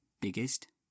Biggest